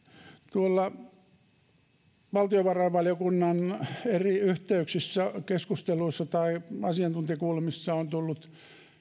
tuolla valtiovarainvaliokunnassa eri yhteyksissä keskusteluissa tai asiantuntijakuulemisissa on tullut